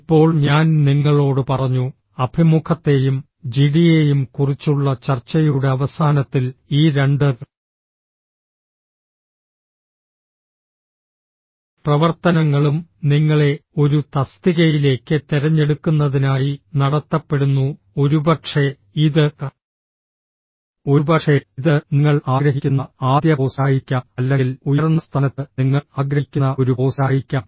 ഇപ്പോൾ ഞാൻ നിങ്ങളോട് പറഞ്ഞു അഭിമുഖത്തെയും ജിഡിയെയും കുറിച്ചുള്ള ചർച്ചയുടെ അവസാനത്തിൽ ഈ രണ്ട് പ്രവർത്തനങ്ങളും നിങ്ങളെ ഒരു തസ്തികയിലേക്ക് തിരഞ്ഞെടുക്കുന്നതിനായി നടത്തപ്പെടുന്നു ഒരുപക്ഷേ ഇത് ഒരുപക്ഷേ ഇത് നിങ്ങൾ ആഗ്രഹിക്കുന്ന ആദ്യ പോസ്റ്റായിരിക്കാം അല്ലെങ്കിൽ ഉയർന്ന സ്ഥാനത്ത് നിങ്ങൾ ആഗ്രഹിക്കുന്ന ഒരു പോസ്റ്റായിരിക്കാം